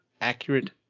accurate